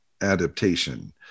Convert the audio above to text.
adaptation